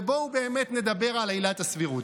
ובואו באמת נדבר על עילת הסבירות.